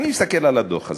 אני מסתכל על הדוח הזה,